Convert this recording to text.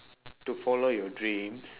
to follow your dreams